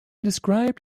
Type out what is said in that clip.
described